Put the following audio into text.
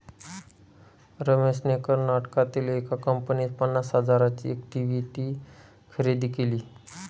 रमेशने कर्नाटकातील एका कंपनीत पन्नास हजारांची इक्विटी खरेदी केली